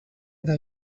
eta